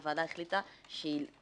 הוועדה החליטה שהיא